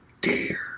dare